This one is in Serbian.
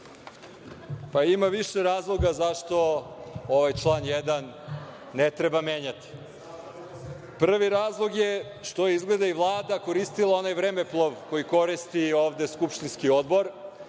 Ima više razloga zašto ovaj član 1. ne treba menjati. Prvi razlog je što je izgleda Vlada koristila onaj vremeplov koji koristi ovde skupštinski odbor,